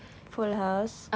full house